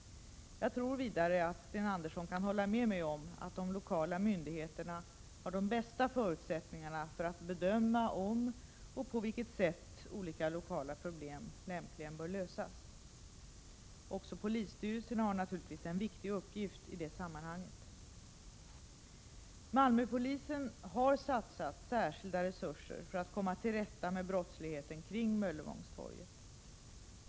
Jag tror vidare att Sten Andersson kan hålla med mig om att de lokala myndigheterna har de bästa förutsättningarna för att bedöma om och på vilket sätt olika lokala problem lämpligen bör lösas. Också polisstyrelserna har naturligtvis en viktig uppgift i det sammanhanget. Malmöpolisen har satsat särskilda resurser för att komma till rätta med brottsligheten kring Möllevångstorget.